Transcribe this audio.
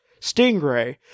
Stingray